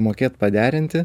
mokėt paderinti